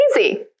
Easy